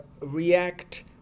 react